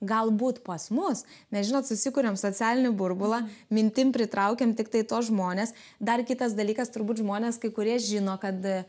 galbūt pas mus mes žinot susikuriam socialinį burbulą mintimis pritraukiam tiktai tuos žmones dar kitas dalykas turbūt žmonės kai kurie žino kad